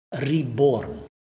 reborn